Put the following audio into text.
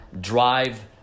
drive